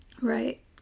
Right